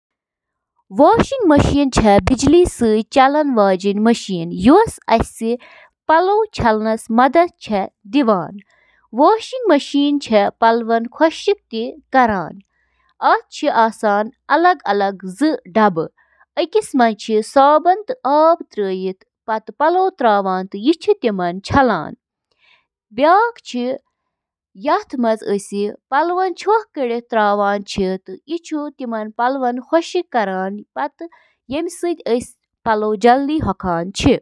Dish washer چھِ اکھ یِژھ مِشیٖن یۄسہٕ ڈِشوار، کُک ویئر تہٕ کٹلری پٲنۍ پانے صاف کرنہٕ خٲطرٕ استعمال چھِ یِوان کرنہٕ۔ ڈش واشرٕچ بنیٲدی کٲم چھِ برتن، برتن، شیشہِ ہٕنٛدۍ سامان تہٕ کُک ویئر صاف کرٕنۍ۔